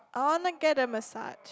I wanna get a massage